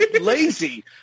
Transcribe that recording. lazy